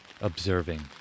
observing